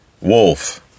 wolf